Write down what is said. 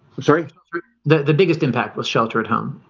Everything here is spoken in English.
i'm sorry the biggest impact was shelter at home.